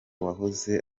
wahoze